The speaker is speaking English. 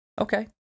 Okay